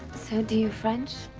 so do you french?